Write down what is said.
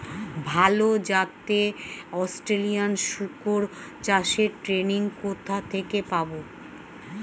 ভালো জাতে অস্ট্রেলিয়ান শুকর চাষের ট্রেনিং কোথা থেকে পাব?